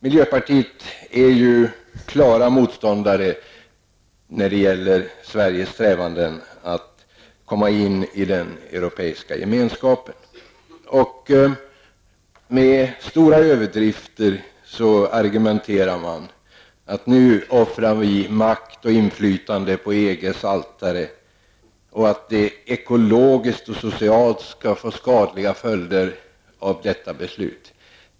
Miljöpartiet är ju klar motståndare till Sveriges strävanden att komma in i den Europeiska gemenskapen. Med stora överdrifter använder man argument som att nu offrar vi makt och inflytande på EGs altare och att detta beslut skulle få skadliga följder ekologisk och socialt.